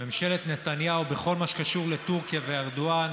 ממשלת נתניהו, בכל מה שקשור לטורקיה וארדואן,